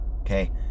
okay